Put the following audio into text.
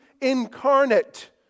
incarnate